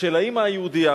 של האמא היהודייה.